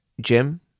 Jim